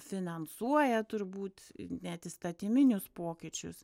finansuoja turbūt net įstatyminius pokyčius